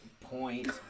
point